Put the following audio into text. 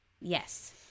Yes